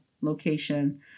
location